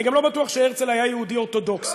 אני גם לא בטוח שהרצל היה יהודי אורתודוקסי.